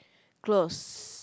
close